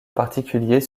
particulier